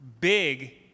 big